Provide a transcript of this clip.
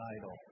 idol